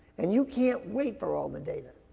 and you can't wait for all the data.